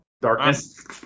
darkness